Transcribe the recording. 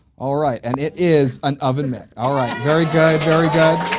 alright and it is an oven mitt alright. very good, very good.